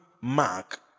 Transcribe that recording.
Mark